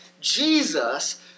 Jesus